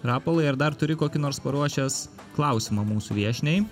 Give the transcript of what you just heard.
rapolai ar dar turi kokį nors paruošęs klausimą mūsų viešniai